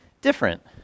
different